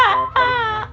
we're recording man